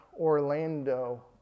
Orlando